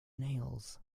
nails